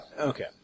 Okay